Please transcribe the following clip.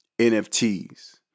NFTs